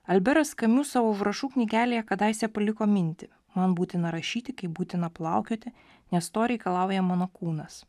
alberas kamiu savo užrašų knygelėje kadaise paliko mintį man būtina rašyti kaip būtiną plaukioti nes to reikalauja mano kūnas